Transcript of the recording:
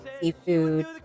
seafood